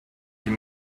give